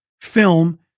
film